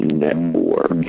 network